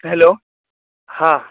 hello હા